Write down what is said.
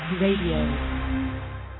Radio